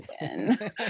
win